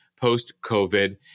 post-COVID